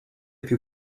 più